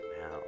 now